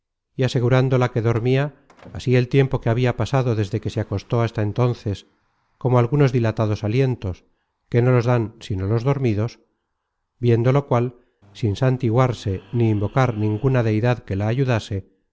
y asegurándola que dormia así el tiempo que habia pasado desde que se acostó hasta entonces como algunos dilatados alientos que no los dan sino los dormidos viendo lo cual sin santiguarse ni invocar ninguna deidad que la ayudase